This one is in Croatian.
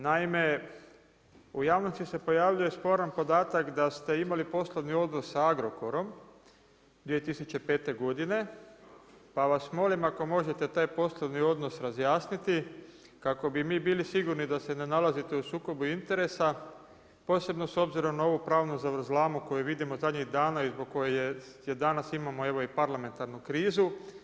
Naime, u javnosti se pojavljuje sporan podatak da ste imali poslovni odnos sa Agrokorom 2005. godine pa vas molim ako možete taj poslovni odnos razjasniti kako bi mi bili sigurni da se ne nalazite u sukobu interesa posebno s obzirom na ovu pravnu zavrzlamu koju vidimo zadnjih dana i zbog koje, jer danas imamo evo i parlamentarnu krizu.